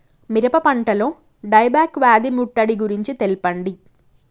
మిరప పంటలో die back వ్యాధి ముట్టడి గురించి తెల్పండి?